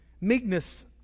Meekness